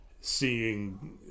Seeing